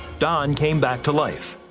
don came back to life.